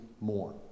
more